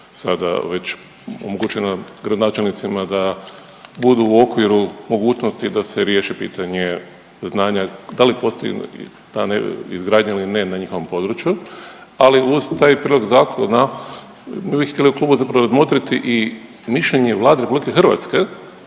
sada već omogućila gradonačelnicima da budu u okviru mogućnosti da se riješi pitanje znanja, da li postoji ta izgradnja ili ne na njihovom području. Ali uz taj prijedlog zakona, mi bi htjeli u klubu zapravo razmotriti i mišljenje Vlade Republike